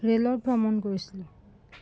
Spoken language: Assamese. ৰে'লত ভ্ৰমণ কৰিছিলোঁ